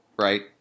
right